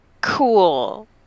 Cool